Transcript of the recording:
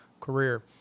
career